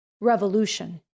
revolution